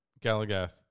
Galagath